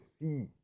see